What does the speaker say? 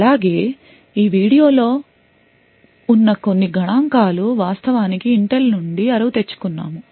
అలాగే ఈ వీడియోలో ఉన్న కొన్ని గణాంకాలు వాస్తవానికి Intel నుండి అరువు తెచ్చుకున్నాము